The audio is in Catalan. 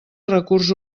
recurs